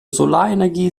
solarenergie